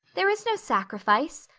there is no sacrifice.